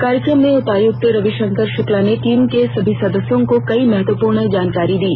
कार्यक्रम में उपायुक्त रवि शंकर शुक्ला ने टीम के सभी सदस्यों को कई महत्वपूर्ण जानकारी दी